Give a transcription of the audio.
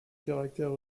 caractère